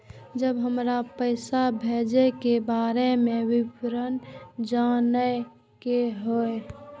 जब हमरा पैसा भेजय के बारे में विवरण जानय के होय?